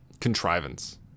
contrivance